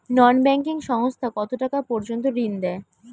নন banking সংস্থা কতটাকা পর্যন্ত ঋণ দেয়?